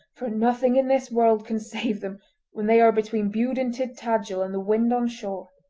for nothing in this world can save them when they are between bude and tintagel and the wind on shore